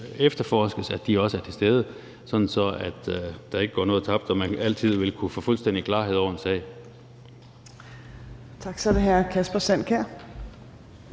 efterforskes, også er til stede, sådan at der ikke går noget tabt og man altid vil kunne få fuldstændig klarhed over en sag. Kl. 13:33 Tredje næstformand